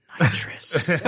Nitrous